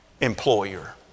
employer